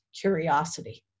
curiosity